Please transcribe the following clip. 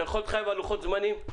אתה יכול להתחייב על לוחות זמנים?